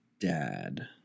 dad